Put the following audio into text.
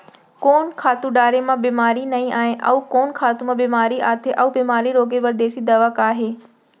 कोन खातू डारे म बेमारी नई आये, अऊ कोन खातू म बेमारी आथे अऊ बेमारी रोके बर देसी दवा का हे?